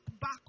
back